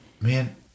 man—